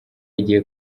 igiye